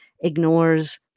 ignores